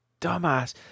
dumbass